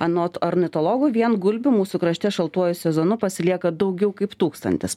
anot ornitologų vien gulbių mūsų krašte šaltuoju sezonu pasilieka daugiau kaip tūkstantis